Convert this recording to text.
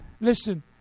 Listen